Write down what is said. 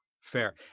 Fair